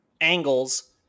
angles